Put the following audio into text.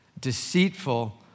Deceitful